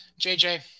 JJ